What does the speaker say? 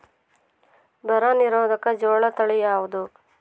ಬರ ನಿರೋಧಕ ಜೋಳ ತಳಿ ಯಾವುದು?